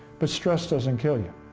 but stress doesn't kill you,